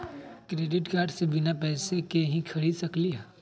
Credit card से बिना पैसे के ही खरीद सकली ह?